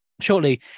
shortly